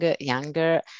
younger